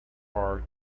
are